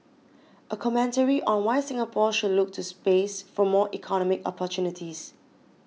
a commentary on why Singapore should look to space for more economic opportunities